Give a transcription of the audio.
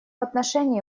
отношении